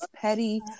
petty